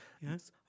Yes